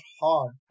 hard